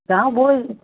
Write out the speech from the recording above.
যাওঁ বই